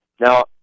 Now